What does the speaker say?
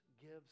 gives